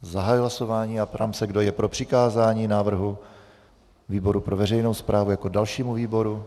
Zahajuji hlasování a ptám se, kdo je pro přikázání návrhu výboru pro veřejnou správu jako dalšímu výboru.